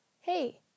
Hey